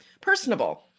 personable